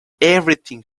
everything